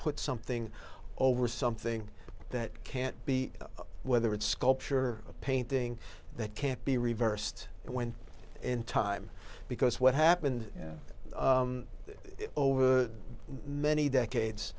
put something over something that can't be whether it's sculpture a painting that can't be reversed it went in time because what happened over many decades